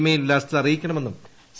mail വിലാസത്തിൽ അറിയിക്കണമെന്നും C